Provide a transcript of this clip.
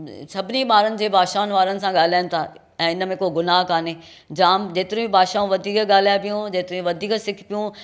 सभिनी ॿारनि जी भाषाऊं वारनि सां ॻाल्हाइण था ऐं हिन में को गुनाह कोन्हे जाम जेतिरी बि भाषाऊं वधीक ॻाल्हाए बियूं जेतिरी वधीक सिखबियूं